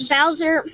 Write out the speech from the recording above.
Bowser